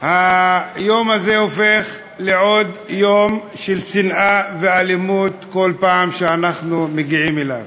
היום הזה הופך לעוד יום של שנאה ואלימות כל פעם שאנחנו מגיעים אליו.